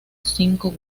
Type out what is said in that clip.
cinco